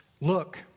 Look